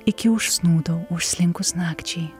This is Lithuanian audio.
iki užsnūdau užslinkus nakčiai